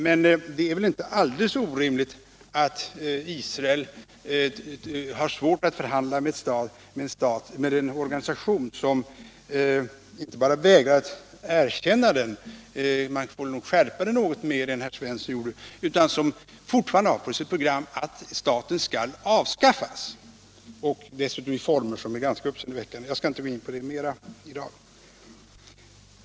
Men det är väl inte alldeles orimligt att Israel har svårt att förhandla med en organisation som inte bara vägrar att erkänna Israel — man skall nog skärpa uttalandet något mer än herr Svensson i Kungälv gjorde — utan som fortfarande på sitt program har att staten skall avskaffas, och dessutom i former som är ganska uppseendeväckande. Jag skall inte gå djupare in på den frågan i dag.